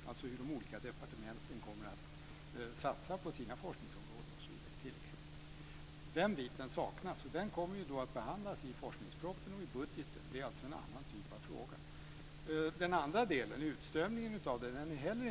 Det handlar alltså om hur mycket de olika departementen kommer att satsa på sina forskningsområden osv. Den biten saknas, och den kommer att behandlas i forskningsproppen och i budgeten. Det är alltså en annan typ av fråga. Den andra delen, utströmningen, är inte heller belyst.